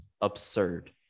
absurd